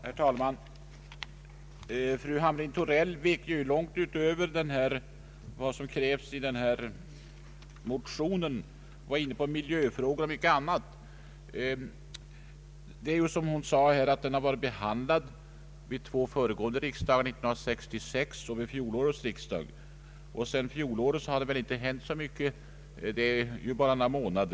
Herr talman! Fru Hamrin-Thorell gick ju långt utöver vad som krävs i denna motion, Hon var inne på miljöfrågor och mycket annat. Som fru Hamrin-Thorell sade har samma motionsyrkande behandlats vid två föregående riksdagar, 1966 och 1969. Sedan behandlingen vid fjolårets riksdag för några månader sedan har det ju inte hänt så mycket.